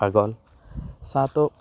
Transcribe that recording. পাগল চাহটো